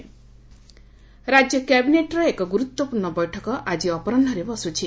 cabinet ରାଜ୍ୟ କ୍ୟାବିନେଟ୍ର ଏକ ଗୁରୁତ୍ୱପୂର୍ଣ୍ଣ ବୈଠକ ଆଜି ଅପରାହ୍ବରେ ବସୁଛି